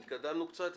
התשע"ד-2014,